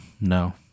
No